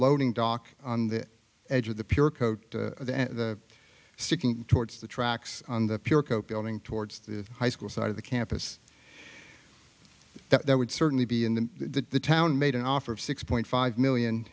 loading dock on the edge of the pure coat sticking towards the tracks on the pier cope building towards the high school side of the campus that would certainly be in the town made an offer of six point five million